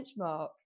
benchmark